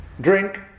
drink